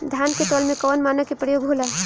धान के तौल में कवन मानक के प्रयोग हो ला?